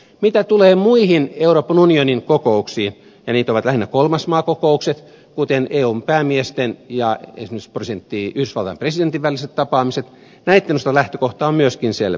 mitä tulee muihin euroopan unionin kokouksiin ja niitä ovat lähinnä kolmas maa kokoukset kuten eun päämiesten ja esimerkiksi yhdysvaltain presidentin väliset tapaamiset näitten osalta lähtökohta on myöskin selvä